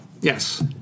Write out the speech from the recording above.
Yes